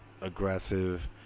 aggressive